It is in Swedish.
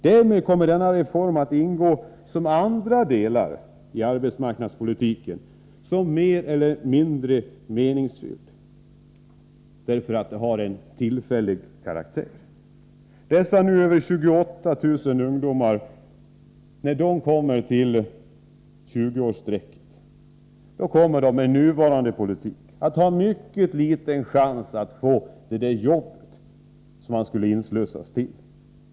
Därför kommer denna reform, liksom andra delar av arbetsmarknadspolitiken, att visa sig mer eller mindre meningslös, eftersom den har en tillfällig karaktär. När dessa nu över 28 000 ungdomar når 20-årsstrecket kommer de med nuvarande politik att ha mycket liten chans att få det där jobbet som de skulle inslussas till.